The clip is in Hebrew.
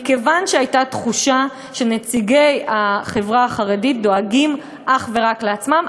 מכיוון שהייתה תחושה שנציגי החברה החרדית דואגים אך ורק לעצמם,